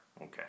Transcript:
Okay